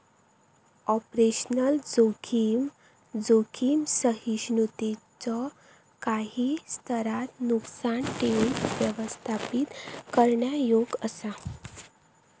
operational जोखीम, जोखीम सहिष्णुतेच्यो काही स्तरांत नुकसान ठेऊक व्यवस्थापित करण्यायोग्य असा